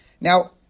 Now